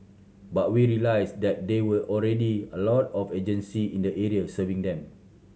but we realised that there were already a lot of agency in the area serving them